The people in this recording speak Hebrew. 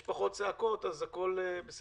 יש פחות צעקות, אז הכול בסדר.